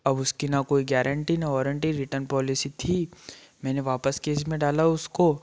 अब उसकी ना कोई गारंटी न वारंटी रिटर्न पॉलिसी थी मैंने वापस केज में डाला उसको